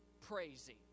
praising